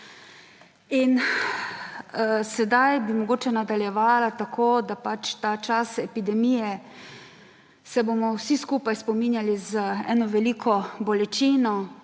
Sedaj bi mogoče nadaljevala tako, da se bomo tega časa epidemije vsi skupaj spominjali z eno veliko bolečino,